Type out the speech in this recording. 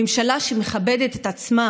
ממשלה שמכבדת את עצמה